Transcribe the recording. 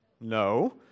no